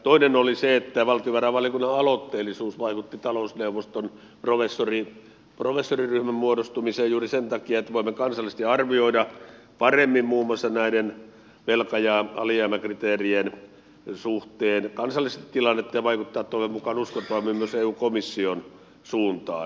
toinen oli se että valtiovarainvaliokunnan aloitteellisuus vaikutti talousneuvoston professoriryhmän muodostumiseen juuri sen takia että voimme kansallisesti arvioida paremmin muun muassa näiden velka ja alijäämäkriteerien suhteen kansallista tilannetta ja vaikuttaa toivon mukaan uskottavammin myös eu komission suuntaan